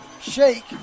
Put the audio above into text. Shake